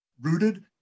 rooted